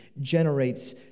generates